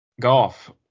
Golf